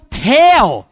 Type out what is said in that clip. pale